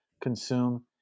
consume